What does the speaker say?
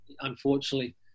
unfortunately